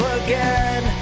again